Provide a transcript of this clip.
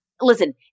Listen